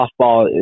softball